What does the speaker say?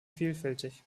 vielfältig